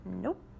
Nope